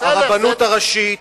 הרבנות הראשית,